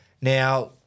Now